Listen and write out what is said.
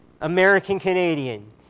American-Canadian